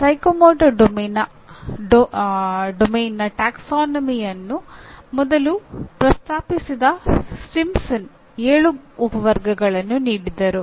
ಮನೋಪ್ರೇರಣಾ ಕಾರ್ಯಕ್ಷೇತ್ರದ ಪ್ರವರ್ಗವನ್ನು ಮೊದಲು ಪ್ರಸ್ತಾಪಿಸಿದ ಸಿಂಪ್ಸನ್ ಏಳು ಉಪವರ್ಗಗಳನ್ನು ನೀಡಿದರು